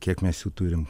kiek mes jų turim